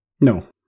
No